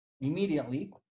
immediately